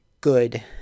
good